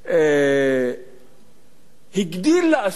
הגדיל לעשות